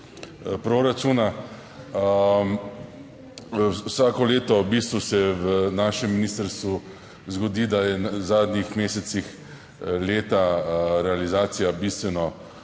proračuna. Vsako leto v bistvu se v našem ministrstvu zgodi, da je v zadnjih mesecih leta realizacija bistveno